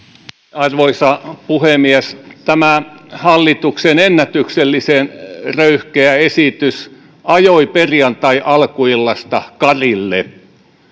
arvoisa puhemies tämä hallituksen ennätyksellisen röyhkeä esitys ajoi perjantaialkuillasta karille